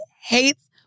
hates